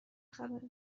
خبره